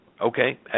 Okay